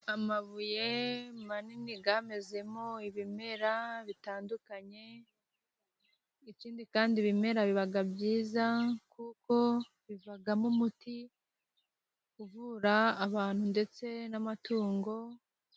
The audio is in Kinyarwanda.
Amabuye manini yamezemo ibimera bitandukanye, ikindi kandi ibimera biba byiza kuko bivamo umuti uvura abantu ndetse n'amatungo.